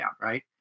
right